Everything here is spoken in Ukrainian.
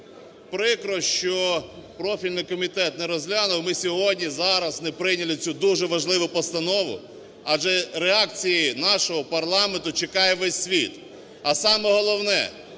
Прикро, що профільний комітет не розглянув, ми сьогодні, зараз не прийняли цю дуже важливу постанову, адже реакції нашого парламенту чекає весь світ. А саме головне,